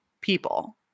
people